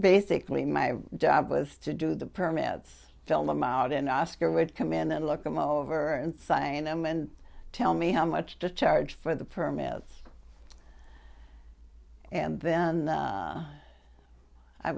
basically my job was to do the permits fill them out and oscar would come in and look them over and sign them and tell me how much to charge for the permits and then